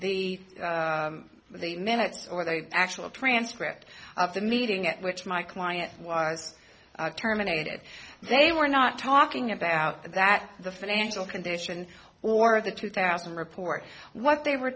the the minutes or the actual transcript of the meeting at which my client was terminated they were not talking about that the financial condition or the two thousand report what they were